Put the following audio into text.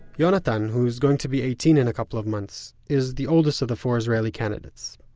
yonatan, who's going to be eighteen in a couple of months, is the oldest of the four israeli candidates.